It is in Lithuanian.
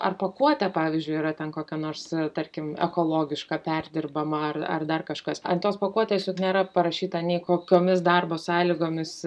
ar pakuotė pavyzdžiui yra ten kokia nors tarkim ekologiška perdirbama ar ar dar kažkas ant tos pakuotės juk nėra parašyta nei kokiomis darbo sąlygomis